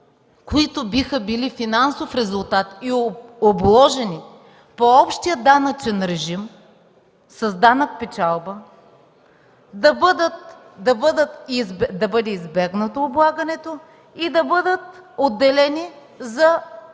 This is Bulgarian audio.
които биха били финансов резултат и обложени по общия данъчен режим с данък печалба, да бъде избегнато облагането и да бъдат отделени за инвестиции